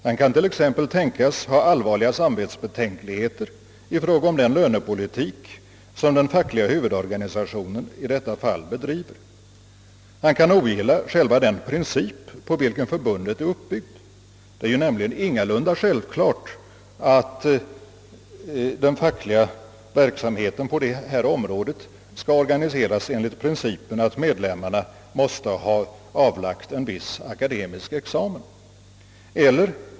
Han kan t.ex. hysa allvarliga samvetsbetänkligheter i fråga om den lönepolitik som den fackliga huvudorganisationen i detta fall bedriver, och han kan ogilla själva den princip på vilken förbundet är uppbyggt. Det är nämligen ingalunda självklart att den fackliga verksamheten på detta område skall organiseras enligt principen att medlemmarna måste ha avlagt en viss akademisk examen.